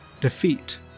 defeat